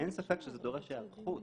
אין ספק שזה דורש היערכות.